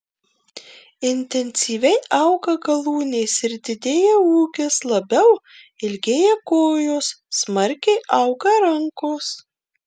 intensyviai auga galūnės ir didėja ūgis labiau ilgėja kojos smarkiai auga rankos